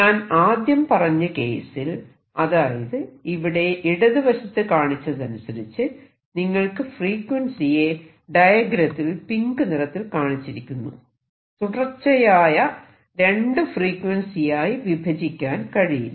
ഞാൻ ആദ്യം പറഞ്ഞ കേസിൽ അതായത് ഇവിടെ ഇടതുവശത്തു കാണിച്ചതനുസരിച്ച് നിങ്ങൾക്ക് ഫ്രീക്വൻസിയെ ഡയഗ്രത്തിൽ പിങ്ക് നിറത്തിൽ കാണിച്ചിരിക്കുന്നു തുടർച്ചയായ രണ്ടു ഫ്രീക്വൻസിയായി വിഭജിക്കാൻ കഴിയില്ല